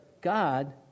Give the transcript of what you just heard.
God